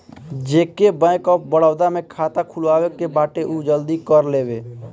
जेके bank of Baroda में खाता खुलवाए के बाटे उ जल्दी कर लेवे